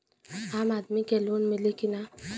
आम आदमी के लोन मिली कि ना?